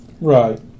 Right